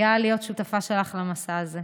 גאה להיות שותפה שלך למסע הזה.